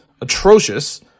atrocious